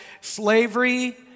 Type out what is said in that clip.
Slavery